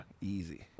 easy